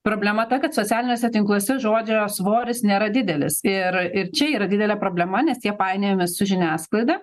problema ta kad socialiniuose tinkluose žodžio svoris nėra didelis ir ir čia yra didelė problema nes jie painiojami su žiniasklaida